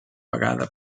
vegada